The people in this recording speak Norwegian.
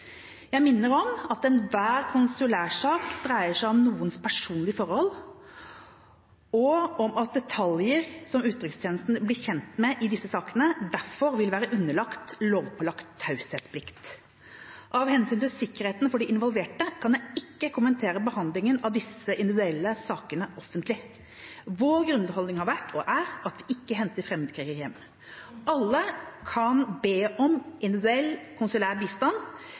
Jeg minner om at enhver konsulærsak dreier seg om noens personlige forhold, og at detaljer som utenrikstjenesten blir kjent med i disse sakene, derfor vil være underlagt lovpålagt taushetsplikt. Av hensyn til sikkerheten til de involverte kan jeg ikke kommentere behandlingen av disse individuelle sakene offentlig. Vår grunnholdning har vært og er at vi ikke henter fremmedkrigere hjem. Alle kan be om individuell konsulær bistand,